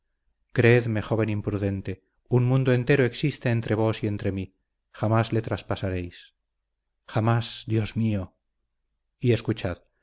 galardón creedme joven imprudente un mundo entero existe entre vos y entre mí jamás le traspasaréis jamás dios mío y escuchad